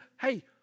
hey